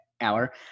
hour